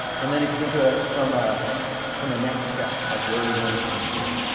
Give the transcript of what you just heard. and then if you think of it ah from ah from a next steps, like where are we going from here?